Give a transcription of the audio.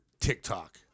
TikTok